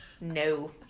No